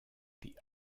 the